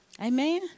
Amen